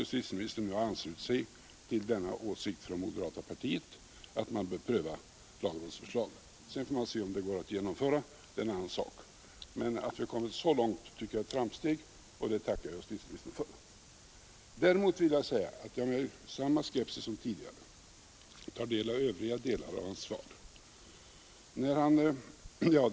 Justitieministern har nu anslutit sig till moderata samlingspartiets åsikt att man bör pröva lagrådets förslag. Sedan får man se om det går att genomföra, men det är en annan sak. Att vi har kommit så långt tycker jag ändå är ett framsteg, och det tackar jag justitieministern för. Däremot tar jag med samma skepsis som tidigare del av övriga avsnitt av justitieministerns svar.